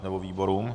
Nebo výborům?